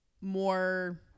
more